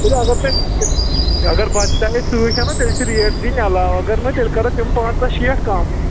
اَگر بَتہٕ سۭتۍ اَنَن تیٚلہِ چھِ ریٹ دِنۍ علاوٕ اَگر نہٕ تیٚلہِ کرو تِم پنٛژاہ شیٹھ کَم